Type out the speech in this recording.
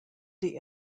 die